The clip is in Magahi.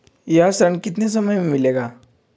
यह ऋण कितने समय मे मिलेगा?